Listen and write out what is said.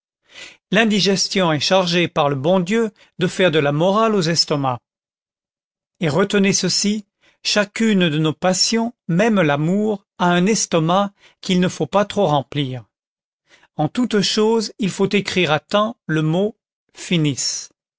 l'indigestion est chargée par le bon dieu de faire de la morale aux estomacs et retenez ceci chacune de nos passions même l'amour a un estomac qu'il ne faut pas trop remplir en toute chose il faut écrire à temps le mot finis